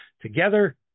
Together